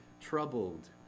troubled